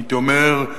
הייתי אומר,